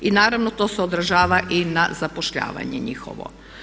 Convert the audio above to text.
I naravno to se odražava i na zapošljavanje njihovo.